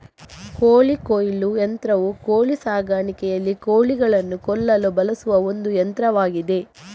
ಕೋಳಿ ಕೊಯ್ಲು ಯಂತ್ರವು ಕೋಳಿ ಸಾಕಾಣಿಕೆಯಲ್ಲಿ ಕೋಳಿಗಳನ್ನು ಕೊಲ್ಲಲು ಬಳಸುವ ಒಂದು ಯಂತ್ರವಾಗಿದೆ